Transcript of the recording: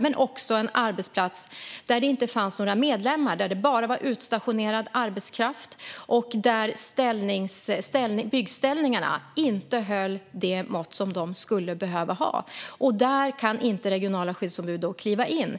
Men jag såg också en arbetsplats där det inte fanns några medlemmar, där det bara var utstationerad arbetskraft och där byggställningarna inte höll det mått som de skulle behöva hålla, och där kan då inte regionala skyddsombud kliva in.